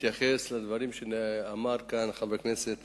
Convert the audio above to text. להתייחס לדברים שאמר כאן חבר הכנסת